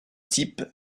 type